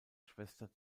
schwester